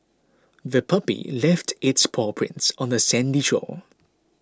the puppy left its paw prints on the sandy shore